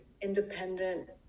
independent